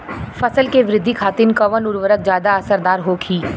फसल के वृद्धि खातिन कवन उर्वरक ज्यादा असरदार होखि?